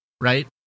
right